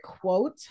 quote